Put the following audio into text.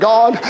God